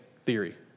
theory